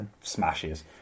smashes